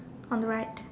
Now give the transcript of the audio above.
on the right